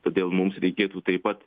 todėl mums reikėtų taip pat